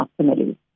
optimally